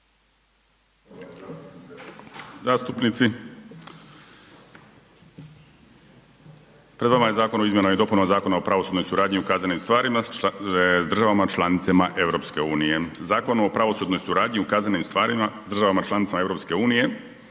zastupnici, pred vama je Zakon o izmjenama i dopunama Zakona o pravosudnoj suradnji u kaznenim stvarima s državama članicama EU. Zakon o pravosudnoj suradnji u kaznenim stvarima s državama članicama EU uređeno je